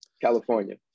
California